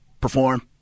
Perform